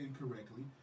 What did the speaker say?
incorrectly